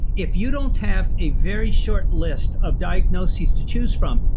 if you don't have a very short list of diagnoses to choose from,